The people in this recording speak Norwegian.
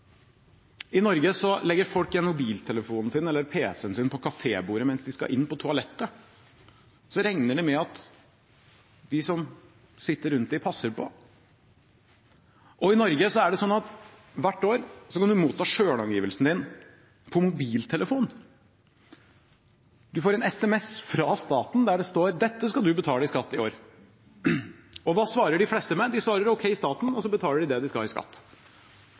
I Norge legger folk igjen mobiltelefonen eller PC-en sin på kafébordet mens de går på toalettet, og de regner med at de som sitter rundt, passer på. Og i Norge kan du hvert år motta skattemeldingen din på mobiltelefonen. Du får en SMS fra staten der det står at dette skal du betale i skatt i år. Og hva svarer de fleste med? De svarer at ok, det er staten, og så betaler de det de skal i skatt.